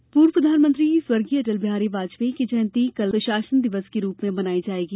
जयंती पूर्व प्रधानमंत्री स्वर्गीय अटलबिहारी वाजपेयी की जयंती कल स्वशासन दिवस के रूप में मनाई जाएगी